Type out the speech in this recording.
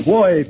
Boy